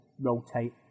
rotate